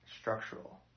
structural